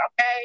Okay